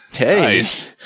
Nice